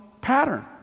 pattern